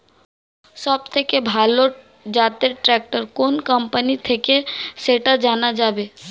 সবথেকে ভালো জাতের ট্রাক্টর কোন কোম্পানি থেকে সেটা জানা যাবে?